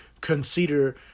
consider